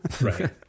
Right